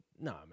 No